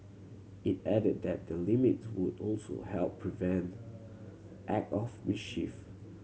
it added that the limits would also help prevent act of mischief